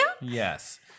Yes